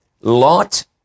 Lot